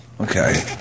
Okay